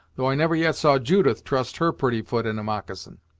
though i never yet saw judith trust her pretty foot in a moccasin.